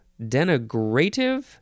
denigrative